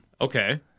Okay